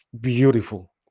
beautiful